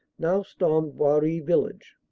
now stormed boiry village.